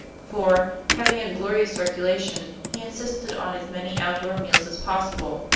for, having a glorious circulation, he insisted on as many outdoor meals as possible,